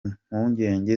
mpungenge